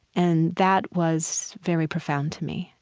and that was very profound to me,